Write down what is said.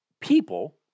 people